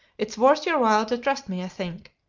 it's worth your while to trust me, i think.